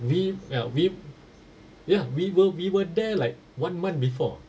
we ya we ya we were we were there like one month before